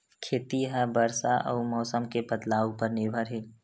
खेती हा बरसा अउ मौसम के बदलाव उपर निर्भर हे